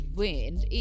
wind